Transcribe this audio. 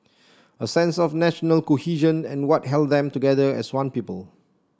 a sense of national cohesion and what held them together as one people